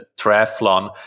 triathlon